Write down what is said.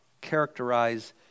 characterize